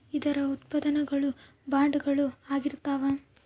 ಇದರ ಉತ್ಪನ್ನ ಗಳು ಬಾಂಡುಗಳು ಆಗಿರ್ತಾವ